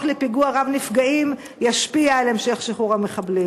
לפיגוע רב-נפגעים ישפיע על המשך שחרור המחבלים?